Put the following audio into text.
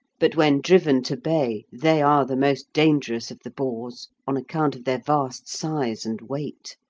but when driven to bay they are the most dangerous of the boars, on account of their vast size and weight.